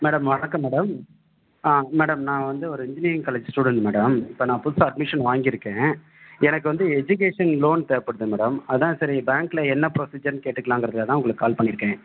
madam வணக்கம் madam madam நான் வந்து ஒரு இன்ஜினியரிங் காலேஜ் ஸ்டூடெண்ட் மேடம் இப்போ நான் புதுசாக அட்மிஷன் வாங்கியிருக்கேன் எனக்கு வந்து எஜுகேஷன் லோன் தேவைப்படுதுங்க மேடம் அது தான் சரி பேங்க்கில் என்ன ப்ரொசீஜர்ன்னு கேட்டுக்கலாங்கறதுக்காக தான் உங்களுக்கு கால் பண்ணியிருக்கேன்